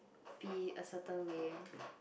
be a certain way